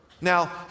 Now